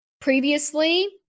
previously